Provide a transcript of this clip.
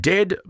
Dead